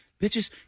bitches